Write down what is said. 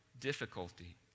difficulty